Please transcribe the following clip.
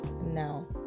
now